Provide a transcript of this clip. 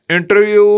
Interview